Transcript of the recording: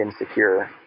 insecure